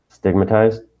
stigmatized